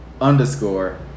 underscore